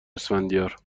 اسفندیار